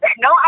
No